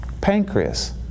Pancreas